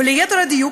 ליתר דיוק,